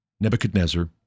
Nebuchadnezzar